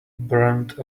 burned